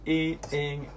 eating